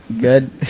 Good